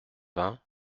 vingt